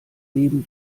leben